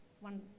one